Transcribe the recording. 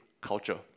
culture